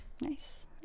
Nice